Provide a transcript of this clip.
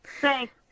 Thanks